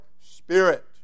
spirit